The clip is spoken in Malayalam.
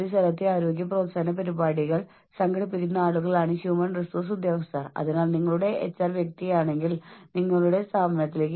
വീണ്ടും നിങ്ങൾക്കറിയാം നിങ്ങളുടെ പിരിമുറുക്കം വളരെ കൂടുതലായതിനാൽ അനിശ്ചിതത്വം ഉയർന്നതിനാൽ നിങ്ങളെ കൂട്ടത്തോടെ പിരിച്ചുവിടാൻ പോകുകയാണോ എന്ന് നിങ്ങൾക്കറിയില്ല